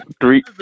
three